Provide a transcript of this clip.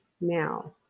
now